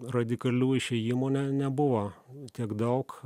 radikalių išėjimų ne nebuvo tiek daug